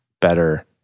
better